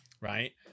Right